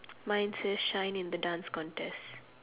mine says shine in the dance contest